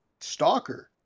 stalker